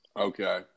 Okay